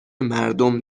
مردم